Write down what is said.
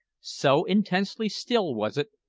so intensely still was it,